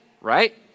right